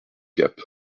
gap